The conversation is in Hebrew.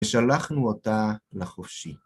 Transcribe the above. ושלחנו אותה לחופשי.